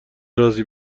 رازی